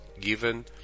given